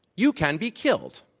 you can be killed.